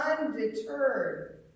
undeterred